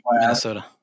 Minnesota